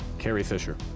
carrie fisher.